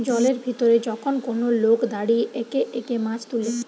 জলের ভিতরে যখন কোন লোক দাঁড়িয়ে একে একে মাছ তুলে